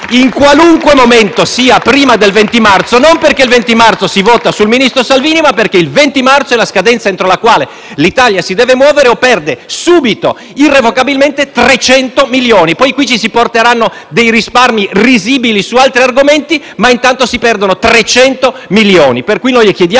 in qualunque momento prima del 20 marzo e non perché il 20 marzo si vota sul ministro Salvini, ma perché quella è la scadenza entro la quale l'Italia si deve muovere se non vuole perdere subito, irrevocabilmente, 300 milioni di euro. Poi, qui si porteranno risparmi risibili su altri argomenti, ma intanto si perdono 300 milioni.